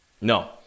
No